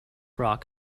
rock